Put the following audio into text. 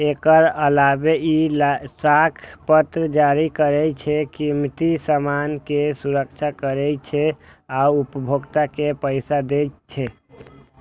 एकर अलावे ई साख पत्र जारी करै छै, कीमती सामान के सुरक्षा करै छै आ उपभोक्ता के पैसा दै छै